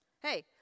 Hey